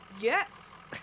Yes